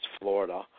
Florida